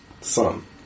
son